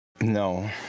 No